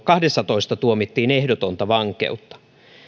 kahdessatoista tuomittiin ehdotonta vankeutta